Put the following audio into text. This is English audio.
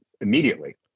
immediately